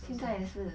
现在也是